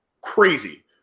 crazy